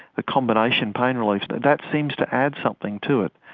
the combination pain relief, that that seems to add something to it.